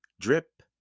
Drip